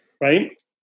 Right